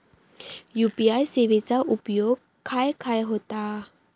UPI सेवेचा उपयोग खाय खाय होता?